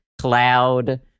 cloud